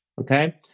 Okay